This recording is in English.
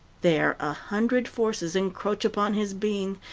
there a hundred forces encroach upon his being,